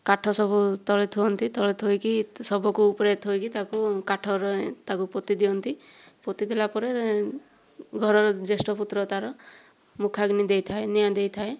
କାଠ ସବୁ ତଳେ ଥୁଅନ୍ତି ତଳେ ଥୋଇକି ଶବକୁ ଉପରେ ଥୋଇକି ତାକୁ କାଠରେ ତାକୁ ପୋତିଦିଆନ୍ତି ପୋତିଦେଲା ପରେ ଘରର ଜ୍ୟେଷ୍ଠ ପୁତ୍ର ତାର ମୁଖାଗ୍ନି ଦେଇଥାଏ ନିଆଁ ଦେଇଥାଏ